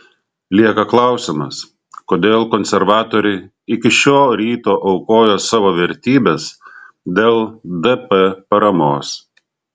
lieka klausimas kodėl konservatoriai iki šio ryto aukojo savo vertybes dėl dp paramos